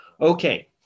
Okay